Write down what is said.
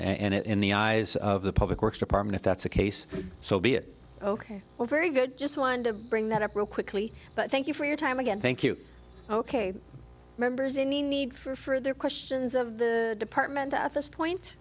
in the eyes of the public works department if that's the case so be it ok or very good just want to bring that up real quickly but thank you for your time again thank you ok members in the need for further questions of the department at this point